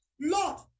Lord